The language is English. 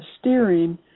steering